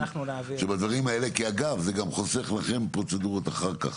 כי בדברים האלה אגב זה גם חוסך לכם פרוצדורות אחר כך